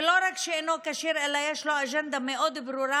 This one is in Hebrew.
ולא רק שאינו כשיר, אלא שיש לו אג'נדה מאוד ברורה,